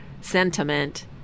sentiment